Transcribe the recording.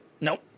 Nope